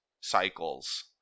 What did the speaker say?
cycles